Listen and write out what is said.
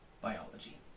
biology